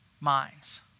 minds